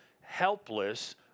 helpless